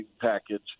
package